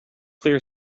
clear